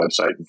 website